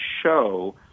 show